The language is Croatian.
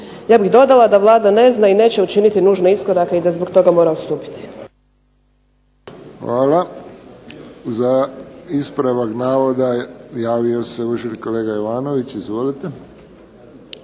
Ja bih dodala da Vlada ne zna i neće učiniti nužne iskorake i da zbog toga mora odstupiti.